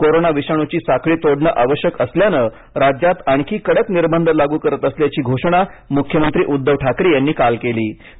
corona विषाणूची साखळी तोडणं आवश्यक असल्याने राज्यात आणखी कडक निर्बंध लागू करत असल्याची घोषणा मुख्यमंत्री उद्धव ठाकरे यांनी केली आहे